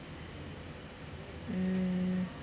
mm